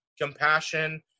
compassion